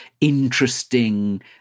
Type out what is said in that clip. interesting